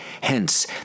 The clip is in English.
Hence